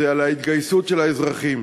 על ההתגייסות של האזרחים.